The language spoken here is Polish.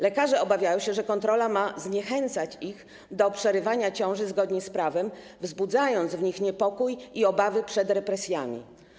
Lekarze obawiają się, że kontrola ma zniechęcać ich do przerywania ciąż zgodnie z prawem, wzbudzając w nich niepokój i obawy przed represjami.